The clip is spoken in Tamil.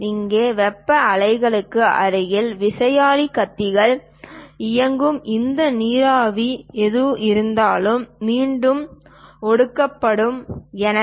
இங்கே வெப்ப ஆலைகளுக்கு அருகில் விசையாழி கத்திகளை இயக்கும் இந்த நீராவி எதுவாக இருந்தாலும் மீண்டும் ஒடுக்கப்பட வேண்டும்